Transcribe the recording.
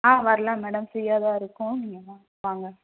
ஆ வரலாம் மேடம் ஃப்ரீயாக தான் இருக்கோம் நீங்கள் வாங் வாங்க